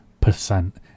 percent